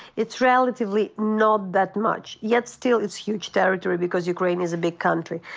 it's relatively not that much, yet still it's huge territory because ukraine is a big country.